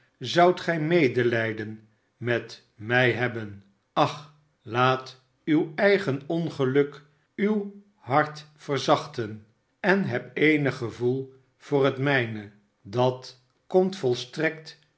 zoudt gij medelijden met mij hebben ach laat uw eigen ongeluk uw hart verzachten en heb eenig gevoel voor het mijne dat komt volstrekt